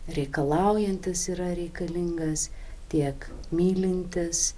reikalaujantis yra reikalingas tiek mylintis